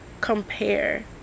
compare